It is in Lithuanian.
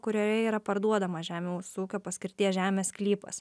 kurioje yra parduodamas žemiūs ūkio paskirties žemės sklypas